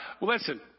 listen